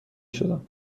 شدم